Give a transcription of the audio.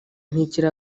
ntikiri